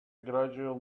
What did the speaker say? gradual